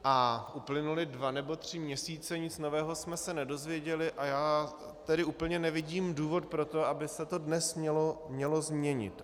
A uplynuly dva nebo tři měsíce, nic nového jsme se nedozvěděli, a já tedy úplně nevidím důvod pro to, aby se to dnes mělo změnit.